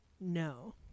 No